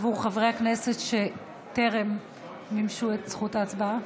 בעבור חברי הכנסת שטרם מימשו את זכות ההצבעה.